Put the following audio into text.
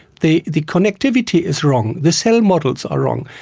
the the connectivity is wrong, the cell models are wrong.